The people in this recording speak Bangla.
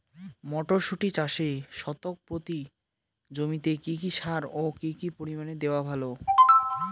মটরশুটি চাষে শতক প্রতি জমিতে কী কী সার ও কী পরিমাণে দেওয়া ভালো?